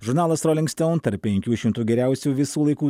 žurnalas rolling stone tarp penkių šimtų geriausių visų laikų